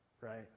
Right